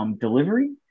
delivery